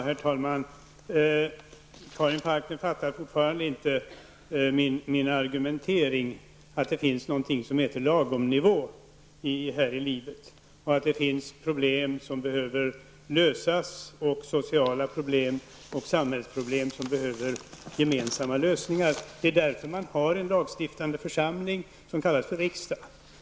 Herr talman! Karin Falkmer förstår fortfarande inte min argumentering för att det finns någonting som heter lagom nivå här i livet och att det finns problem som behöver lösas, sociala problem och samhällsproblem som behöver få gemensamma lösningar. Därför har vi en lagstiftande församling som kallas för riksdag.